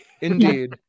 Indeed